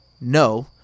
no